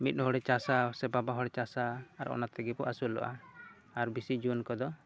ᱢᱤᱫ ᱦᱚᱲᱮ ᱪᱟᱥᱟ ᱥᱮ ᱵᱟᱵᱟ ᱦᱚᱲᱮ ᱪᱟᱥᱟ ᱟᱨ ᱚᱱᱟ ᱛᱮᱜᱮ ᱵᱚᱱ ᱟᱹᱥᱩᱞᱚᱜᱼᱟ ᱟᱨ ᱵᱮᱥᱤ ᱡᱩᱣᱟᱹᱱ ᱠᱚᱫᱚ